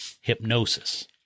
hypnosis